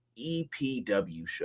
EPWSHOW